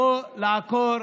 סמי אבו שחאדה,